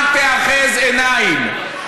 אל תאחז עיניים.